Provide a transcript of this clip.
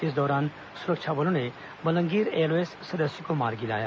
इस दौरान सुरक्षा बलों ने मलंगीर एलओएस सदस्य को मार गिराया